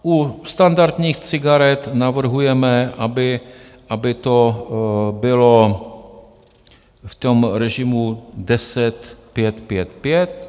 U standardních cigaret navrhujeme, aby to bylo v tom režimu 10, 5, 5, 5.